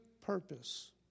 purpose